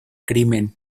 crimen